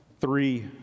three